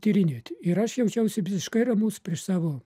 tyrinėti ir aš jaučiausi visiškai ramus prieš savo